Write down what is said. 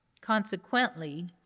Consequently